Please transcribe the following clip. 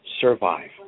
survive